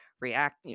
react